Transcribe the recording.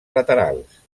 laterals